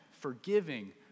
forgiving